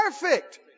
perfect